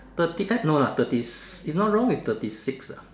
thirty eight no lah thirty if not wrong is thirty six lah